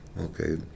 Okay